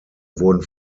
wurden